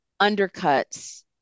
undercuts